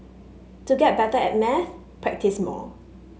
to get better at maths practise more